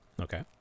Okay